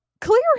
clear